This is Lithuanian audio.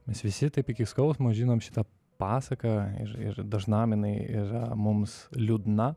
mes visi taip iki skausmo žinom šitą pasaką ir ir dažnam jinai yra mums liūdna